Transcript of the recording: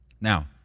Now